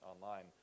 online